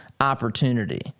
opportunity